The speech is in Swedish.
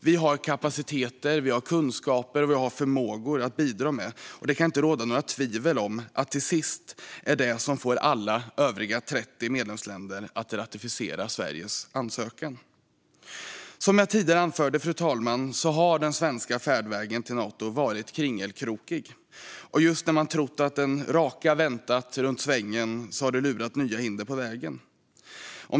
Vi har kapaciteter, kunskaper och förmågor att bidra med, och det kan inte råda några tvivel om att det till sist är detta som får alla övriga 30 medlemsländer att ratificera Sveriges ansökan. Som jag tidigare anfört, fru talman, har den svenska färdvägen till Nato varit kringelkrokig. Just när man har trott att en raka har väntat efter svängen har det lurat nya hinder på vägen.